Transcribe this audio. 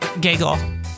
giggle